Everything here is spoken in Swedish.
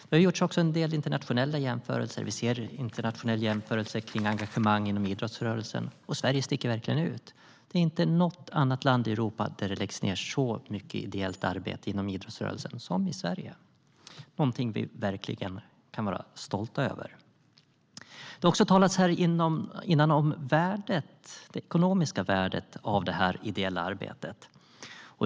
Det har gjorts en del internationella jämförelser, bland annat om engagemang i idrottsrörelsen. Där sticker Sverige ut. Inte i något annat land i Europa läggs det ned så mycket ideellt arbete inom idrottsrörelsen. Det är något vi verkligen kan vara stolta över. Det har också talats om det ekonomiska värdet av detta ideella arbete.